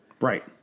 Right